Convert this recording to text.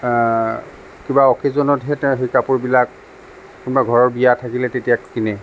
কিবা অ'কেজনতহে তেওঁ সেই কাপোৰবিলাক কোনোবা ঘৰৰ বিয়া থাকিলে তেতিয়া কিনে